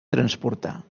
transportar